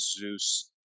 Zeus